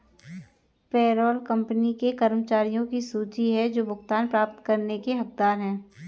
payroll company के कर्मचारियों की सूची है जो भुगतान प्राप्त करने के हकदार हैं